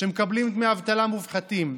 המקבלים דמי אבטלה מופחתים.